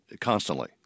constantly